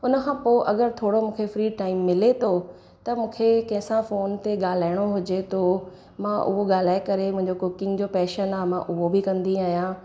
उन खां पोइ अगरि थोरो मूंखे फ्री टाइम मिले थो त मूंखे कंहिंसा फोन ते ॻाल्हाइणो हुजे थो मां उहो ॻाल्हाए करे मुंहिंजो कुकिंग जो पैशन आहे मां उहो बि कंदी आहियां